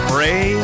Pray